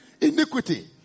iniquity